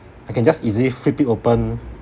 I can just easily flip it open